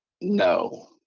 No